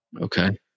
Okay